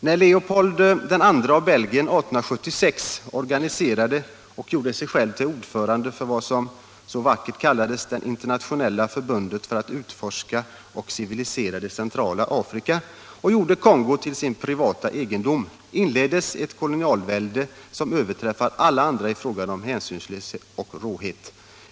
När Leopold II av Belgien 1896 organiserade och gjorde sig själv till ordförande för vad som så vackert kallades Det internationella förbundet för att utforska och civilisera centrala Afrika och gjorde Kongo till sin privata egendom inleddes ett kolonialvälde som överträffade alla andra i fråga om hänsynslöshet och råhet.